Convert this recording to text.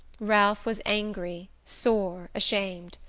ralph was angry, sore, ashamed.